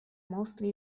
mostly